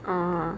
orh